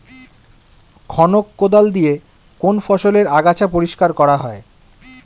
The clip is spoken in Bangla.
খনক কোদাল দিয়ে কোন ফসলের আগাছা পরিষ্কার করা হয়?